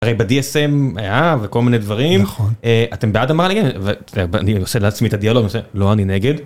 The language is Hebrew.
הרי ב-DSM וכל מיני דברים. -נכון. -אתם בעד המרה לגיי... ואני עושה לעצמי את הדיאלוג, אני עושה 'לא, אני נגד'.